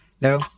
No